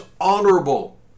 honorable